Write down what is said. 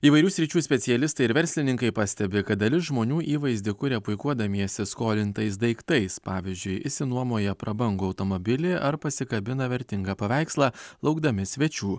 įvairių sričių specialistai ir verslininkai pastebi kad dalis žmonių įvaizdį kuria puikuodamiesi skolintais daiktais pavyzdžiui išsinuomoja prabangų automobilį ar pasikabina vertingą paveikslą laukdami svečių